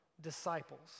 disciples